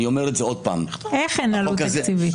אני אומר עוד פעם --- איך אין עלות תקציבית?